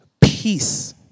Peace